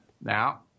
Now